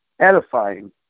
edifying